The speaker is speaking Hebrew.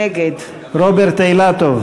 נגד רוברט אילטוב,